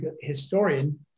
historian